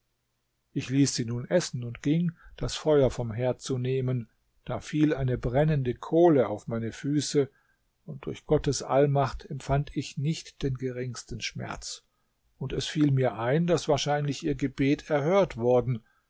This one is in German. ich ließ sie nun essen und ging das feuer vom herd zu nehmen da fiel eine brennende kohle auf meine füße und durch gottes allmacht empfand ich nicht den geringsten schmerz und es fiel mir ein daß wahrscheinlich ihr gebet erhört worden